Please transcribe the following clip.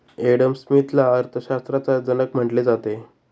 Adam स्मिथला अर्थशास्त्राचा जनक म्हटले जाते